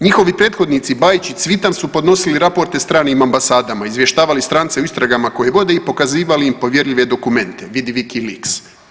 Njihovi prethodnici Bajić i Cvitan su podnosili raporte stranim ambasadama, izvještavali strance o istragama koje vode i pokazivali im povjerljive dokumente, v. Wikileaks.